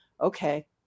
Okay